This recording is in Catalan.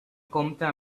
compta